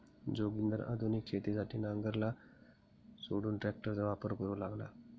जोगिंदर आधुनिक शेतीसाठी नांगराला सोडून ट्रॅक्टरचा वापर करू लागला